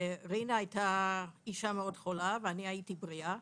רינה הייתה אישה מאוד חולה, ואני הייתי בריאה.